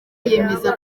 yemeza